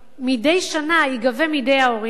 מדי שנה ייגבה מידי ההורים,